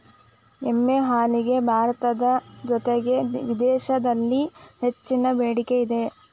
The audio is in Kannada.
ಎಮ್ಮೆ ಹಾಲಿಗೆ ಭಾರತದ ಜೊತೆಗೆ ವಿದೇಶಿದಲ್ಲಿ ಹೆಚ್ಚಿನ ಬೆಡಿಕೆ ಇದೆ